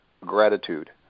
gratitude